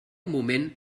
moment